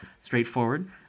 Straightforward